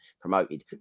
promoted